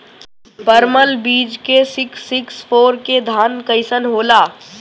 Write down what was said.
परमल बीज मे सिक्स सिक्स फोर के धान कईसन होला?